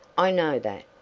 i know that,